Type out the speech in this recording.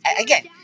again